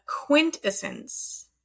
quintessence